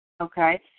okay